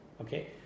okay